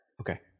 Okay